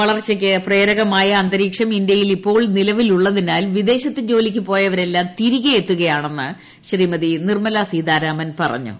വളർച്ചയ്ക്ക് പ്രേരകമായ അന്തരീക്ഷം ഇന്ത്യയിൽ ഇപ്പോൾ നിലവിലുള്ളതിനാൽ വിദേശത്ത് ജോലിക്ക് പോയവരെല്ലാംതീരികെയെത്തുകയാണെന്ന് ശ്രീമതി നിർമ്മലാ സീതാരാമൻ പറഞ്ഞു